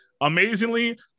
amazingly